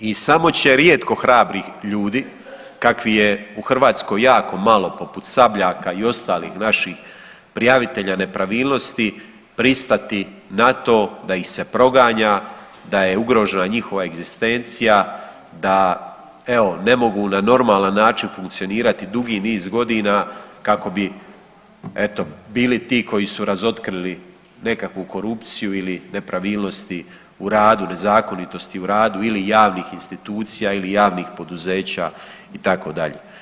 I samo će rijetko hrabrih ljudi kakvi je u Hrvatskoj jako malo poput Sabljaka i ostalih naših prijavitelja nepravilnosti pristati na to da ih se proganja, da je ugrožena njihova egzistencija, da evo ne mogu na normalan način funkcionirati dugi niz godina kako bi eto bili ti koji su razotkrili nekakvu korupciju ili nepravilnosti u radu, nezakonitosti u radu ili javnih institucija ili javnih poduzeća itd.